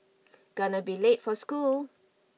gonna be late for school